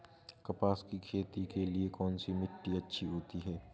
कपास की खेती के लिए कौन सी मिट्टी अच्छी होती है?